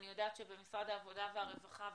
אני יודעת שבמשרד העבודה והרווחה,